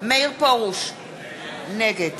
מאיר פרוש, נגד